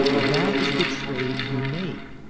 that is the trade you make.